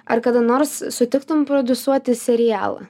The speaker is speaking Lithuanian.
ar kada nors sutiktum prodiusuoti serialą